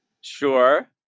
sure